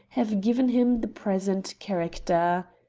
have given him the present character.